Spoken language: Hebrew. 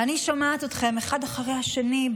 ואני שומעת אתכם, אחד אחרי השני,